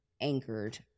anchored